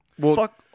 Fuck